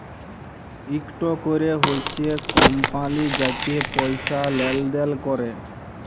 ইকট ক্যরে হছে কমপালি যাতে পয়সা লেলদেল ক্যরে